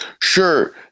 Sure